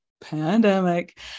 pandemic